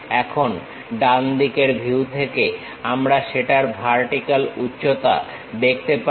এখন ডান দিকের ভিউ থেকে আমরা সেটার ভার্টিক্যাল উচ্চতা দেখতে পারি